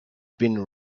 been